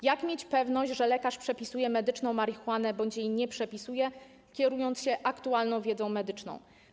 Jak mieć pewność, że lekarz przepisuje medyczną marihuanę bądź jej nie przepisuje, kierując się aktualną wiedzą medyczną?